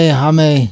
hame